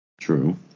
True